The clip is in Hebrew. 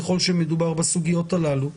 ככל שמדובר בסוגיות הללו ובסדר,